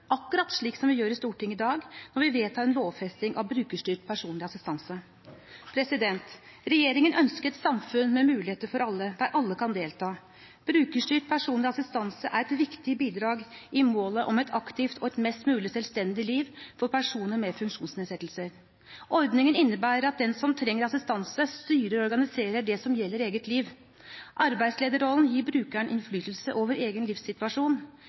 akkurat som vi gjør i Stortinget i dag, når vi vedtar en lovfesting av brukerstyrt personlig assistanse. Regjeringen ønsker et samfunn med muligheter for alle, der alle kan delta. Brukerstyrt personlig assistanse er et viktig bidrag i målet om et aktivt og mest mulig selvstendig liv for personer med funksjonsnedsettelser. Ordningen innebærer at den som trenger assistanse, styrer og organiserer det som gjelder eget liv. Arbeidslederrollen gir brukeren innflytelse over egen livssituasjon.